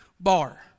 Bar